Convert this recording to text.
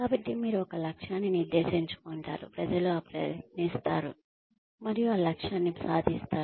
కాబట్టి మీరు ఒక లక్ష్యాన్ని నిర్దేశించుకుంటారు ప్రజలు ప్రయత్నిస్తారు మరియు ఆ లక్ష్యాన్ని సాధిస్తారు